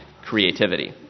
creativity